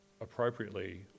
appropriately